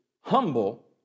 humble